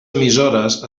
emissores